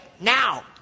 Now